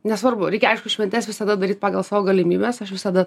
nesvarbu reikia aišku šventes visada daryti pagal savo galimybes aš visada